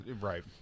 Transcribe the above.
Right